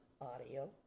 audio